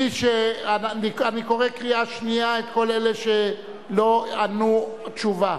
אני קורא קריאה שנייה את כל אלה שלא ענו תשובה.